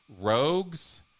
rogues